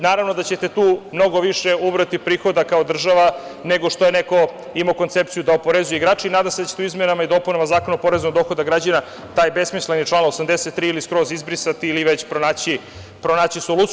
Naravno da ćete tu mnogo više ubrati prihoda kao država nego što je neko imao koncepciju da oporezuje igrače i nadam se da ćete u izmenama i dopunama Zakona poreza na dohodak građana taj besmisleni član 83. ili skroz izbrisati ili već pronaći soluciju.